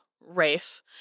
Rafe